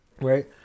right